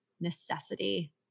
necessity